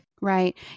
Right